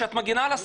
שאת מגנה על השר,